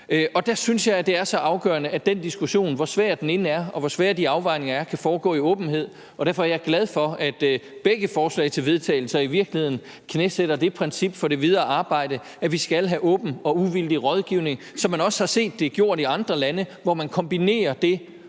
er. Der synes jeg, det er så afgørende, at den diskussion – hvor svær den end er, og hvor svære de afvejninger er – kan foregå i åbenhed, og derfor er jeg glad for, at begge forslag til vedtagelse i virkeligheden knæsætter det princip for det videre arbejde, at vi skal have en åben og uvildig rådgivning, som man også har set det er gjort i andre lande, hvor man kombinerer det